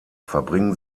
verbringen